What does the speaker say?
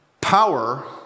Power